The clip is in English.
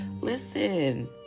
Listen